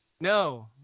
No